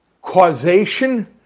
causation